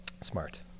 Smart